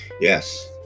Yes